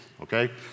Okay